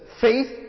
faith